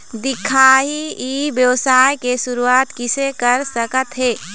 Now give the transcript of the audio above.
दिखाही ई व्यवसाय के शुरुआत किसे कर सकत हे?